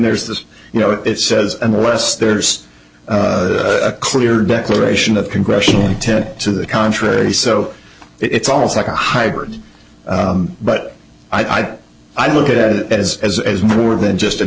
there's this you know it says unless there's a clear declaration of congressional intent to the contrary so it's almost like a hybrid but i do i look at it as as as more than